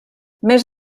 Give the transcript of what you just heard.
més